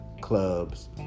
clubs